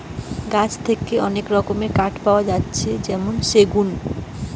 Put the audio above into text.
গাছ থেকে মেলা রকমের কাঠ পাওয়া যাতিছে যেমন সেগুন